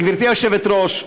גברתי היושבת-ראש,